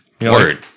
word